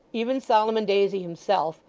even solomon daisy himself,